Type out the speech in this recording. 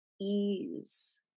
ease